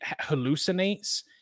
hallucinates